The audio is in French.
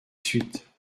suite